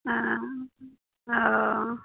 ओ